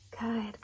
Good